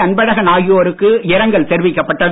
அன்பழகன் ஆகியோருக்கு இரங்கல் தெரிவிக்கப்பட்டது